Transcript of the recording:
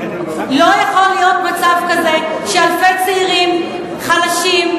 לא יכול להיות מצב כזה שאלפי צעירים חלשים,